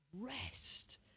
Rest